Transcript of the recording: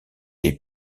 les